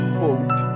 hope